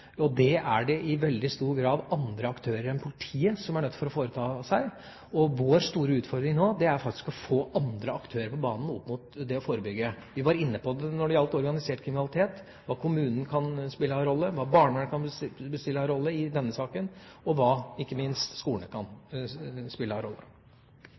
og det er det i veldig stor grad andre aktører enn politiet som er nødt til å gjøre. Vår store utfordring nå er faktisk å få andre aktører på banen når det gjelder det å forebygge. Når det gjelder organisert kriminalitet, var vi inne på hvilken rolle kommunen skal spille, hvilken rolle barnevernet kan spille i denne saken, og ikke minst hvilken rolle skolene